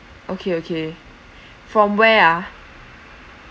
okay okay from where ah